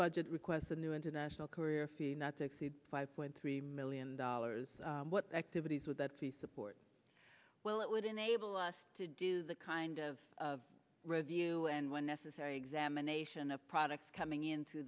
budget requests the new international career field not to exceed five point three million dollars what activities with that fee support well it would enable us to do the kind of review and when necessary examination of products coming in